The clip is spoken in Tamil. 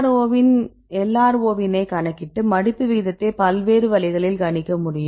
LRO வினை கணக்கிட்டு மடிப்பு விகிதத்தை பல்வேறு வழிகளில் கணிக்க முடியும்